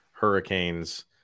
hurricanes